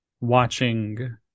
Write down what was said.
watching